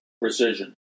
precision